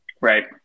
Right